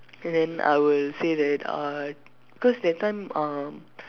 then I would say that uh cause that time uh